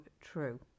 true